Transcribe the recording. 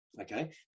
Okay